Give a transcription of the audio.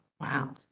Wow